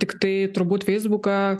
tiktai turbūt feisbuką